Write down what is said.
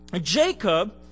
Jacob